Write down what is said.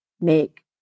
make